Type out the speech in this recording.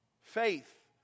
faith